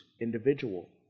individual